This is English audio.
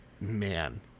man